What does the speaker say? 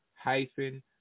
hyphen